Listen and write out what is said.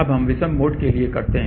अब हम विषम मोड के लिए करते हैं